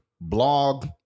blog